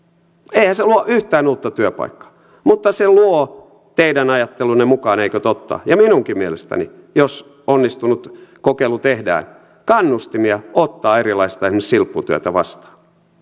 eihän se luo yhtään uutta työpaikkaa mutta se luo teidän ajattelunne mukaan eikö totta ja minunkin mielestäni jos onnistunut kokeilu tehdään kannustimia ottaa erilaista silpputyötä